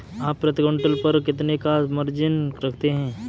आप प्रति क्विंटल पर कितने का मार्जिन रखते हैं?